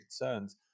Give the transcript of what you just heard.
concerns